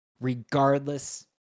regardless